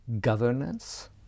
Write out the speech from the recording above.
governance